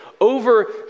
over